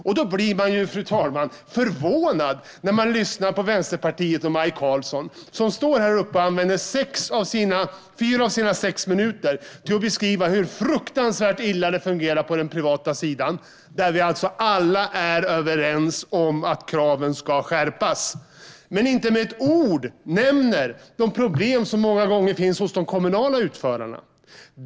Man blir, fru talman, förvånad när man lyssnar på Vänsterpartiet och Maj Karlsson, som står här uppe och använder fyra av sina sex minuter till att beskriva hur fruktansvärt illa det fungerar på den privata sidan, där vi alltså alla är överens om att kraven ska skärpas. Men hon nämner inte med ett ord de problem som många gånger finns hos de kommunala utförarna.